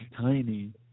tiny